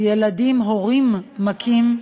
מילדים להורים מכים.